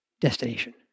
destination